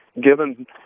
Given